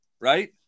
right